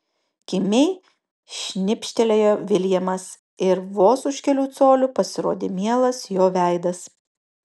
kimiai šnibžtelėjo viljamas ir vos už kelių colių pasirodė mielas jo veidas